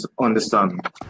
understand